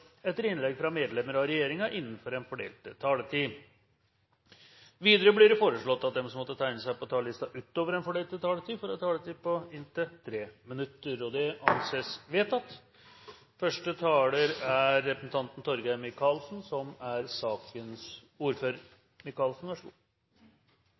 etter innlegg fra medlemmer av regjeringen innenfor den fordelte taletid. Videre blir det foreslått at de som måtte tegne seg på talerlisten utover den fordelte taletid, får en taletid på inntil 3 minutter. – Det anses vedtatt.